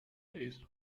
days